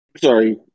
Sorry